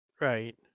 Right